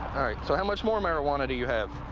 so how much more marijuana do you have?